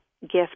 gift